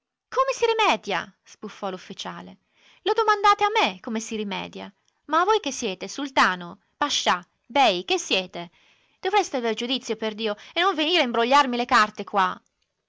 come si rimedia sbuffò l'ufficiale lo domandate a me come si rimedia ma voi che siete sultano pascià bey che siete dovreste aver giudizio perdio e non venire a imbrogliarmi le carte qua